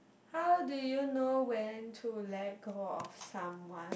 how do you know when to let go of someone